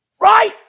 right